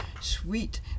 sweet